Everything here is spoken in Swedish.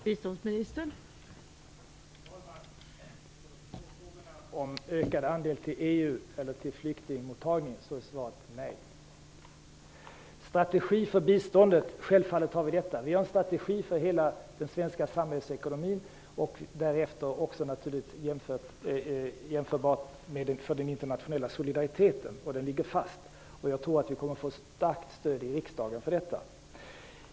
Fru talman! På frågorna om ökad andel till EU eller till flyktingmottagning är svaret nej. Självfallet har vi en strategi för biståndet. Vi har en strategi för hela den svenska samhällsekonomin, också i jämförelse med den internationella solidariteten. Den ligger fast, och jag tror att vi kommer att få starkt stöd i riksdagen för detta.